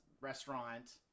restaurant